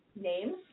names